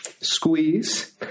Squeeze